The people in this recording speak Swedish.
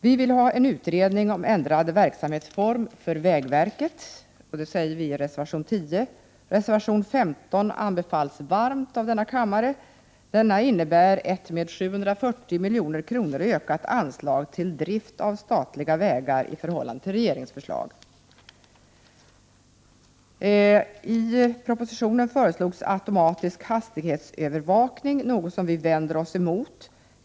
Vi vill ha en utredning om ändrad verksamhetsform för vägverket, vilket vi säger i reservation 12. Reservation 15 anbefalls varmt för denna kammare. Reservationen innebär ett med 740 milj.kr. ökat anslag till drift av statliga vägar jämfört med regeringens förslag. I propositionen föreslås automatisk hastighetsövervakning, något som vi vänder oss emot.